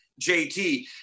JT